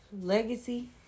Legacy